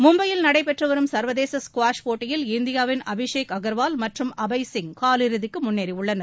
மும்பையில் நடைபெற்றுவரும் சா்வதேச ஸ்குவாஷ் போட்டியில் இந்தியாவின் அபிஷேக் அகா்வால் மற்றும் அபய் சிங் காலிறுதிக்கு முன்னேறியுள்ளனர்